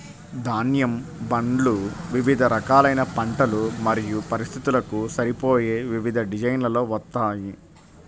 ధాన్యం బండ్లు వివిధ రకాలైన పంటలు మరియు పరిస్థితులకు సరిపోయే వివిధ డిజైన్లలో వస్తాయి